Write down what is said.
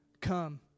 Come